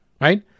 right